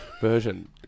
version